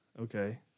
Okay